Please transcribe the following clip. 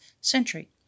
century